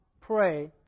pray